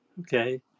Okay